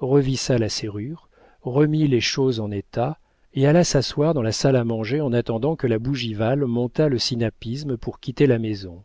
revissa la serrure remit les choses en état et alla s'asseoir dans la salle à manger en attendant que la bougival montât le sinapisme pour quitter la maison